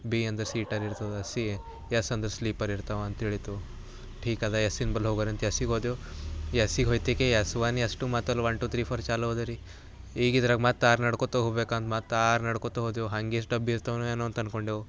B ಅಂದರೆ seater ಇರ್ತದೆ C S ಅಂದ್ರೆ ಸ್ಲೀಪರ್ ಇರ್ತಾವೆ ಅಂತ ತಿಳಿತು ಠೀಕ ಅದ ಎಸ್ಸ್ಸಿನ ಬಳಿ ಹೋಗರೆಂತ ಎಸ್ಸಿಗೆ ಹೋದೆವು ಎಸ್ಸಿಗೆ ಹೊಯ್ತಿಕೆ ಎಸ್ ಒನ್ ಎಸ್ ಟು ಮತ್ತಲ್ಲಿ ಒನ್ ಟು ತ್ರೀ ಫೋರ್ ಚಾಲು ಆದವು ರೀ ಈಗ ಇದ್ರಾಗೆ ಮತ್ತೆ ಆರು ನಡ್ಕೊತ ಹೋಗ್ಬೇಕಂತೆ ಮತ್ತೆ ಆರು ನಡ್ಕೊತ ಹೋದೆವು ಹಂಗೆ ಎಷ್ಟು ಡಬ್ಬಿ ಇರ್ತಾವೆನೋ ಅಂತ ಅಂದ್ಕೊಂಡೆವು